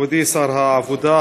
מכובדי שר העבודה,